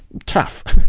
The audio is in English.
tough.